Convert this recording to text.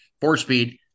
four-speed